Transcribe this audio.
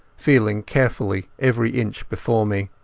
feeling carefully every inch before me.